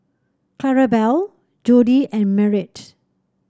Clarabelle Jody and Merritt